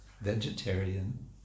vegetarian